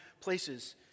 places